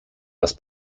las